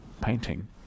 painting